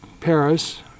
Paris